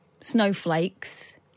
Snowflakes